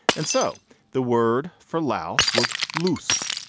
and so the word for louse was loose.